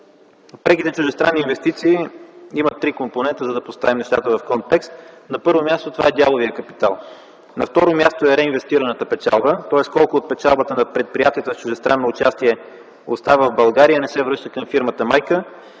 Преките чуждестранни инвестиции имат три компонента, за да поставим нещата в контекст. На първо място, това е дяловият капитал; на второ място е реинвестираната печалба, тоест колко от печалбата на предприятията с чуждестранно участие остава в България, а не се връщат към фирмата майка;